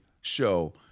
show